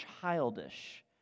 childish